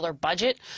budget